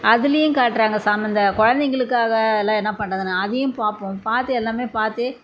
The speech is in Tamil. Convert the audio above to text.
அதுலையும் காட்டுறாங்க சம் இந்த குழந்தைங்களுக்காக எல்லாம் என்ன பண்ணுறதுன்னு நாங்கள் அதையும் பார்ப்போம் பார்த்து எல்லாமே பார்த்து